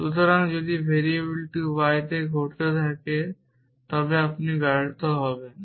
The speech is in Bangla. সুতরাং যদি ভেরিয়েবলটি y তে ঘটতে থাকে তবে আপনি ব্যর্থ হবেন